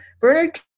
Bernard